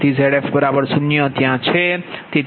તેથી Zf0 ત્યાં